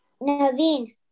Naveen